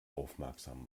aufmerksam